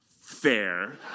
Fair